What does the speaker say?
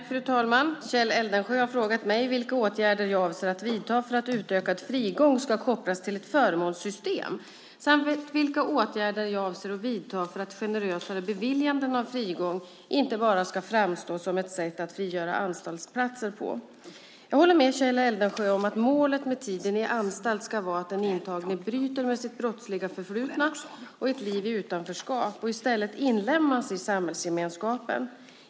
Fru talman! Kjell Eldensjö har frågat mig vilka åtgärder jag avser att vidta för att utökad frigång ska kopplas till ett förmånssystem samt vilka åtgärder jag avser att vidta för att generösare beviljanden av frigång inte bara ska framstå som ett sätt att frigöra anstaltsplatser. Jag håller med Kjell Eldensjö om att målet med tiden i anstalt ska vara att den intagne bryter med sitt brottsliga förflutna och ett liv i utanförskap och i stället inlemmas i samhällsgemenskapen.